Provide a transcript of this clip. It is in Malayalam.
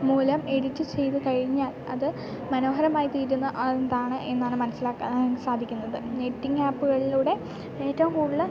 മൂലം എഡിറ്റ് ചെയ്തു കഴിഞ്ഞാൽ അത് മനോഹരമായി തീരുന്ന അതെന്താണ് എന്നാണ് മനസ്സിലാക്കാൻ സാധിക്കുന്നത് എഡിറ്റിങ്ങ് ആപ്പുകളിലൂടെ ഏറ്റവും കൂടുതൽ